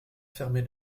fermer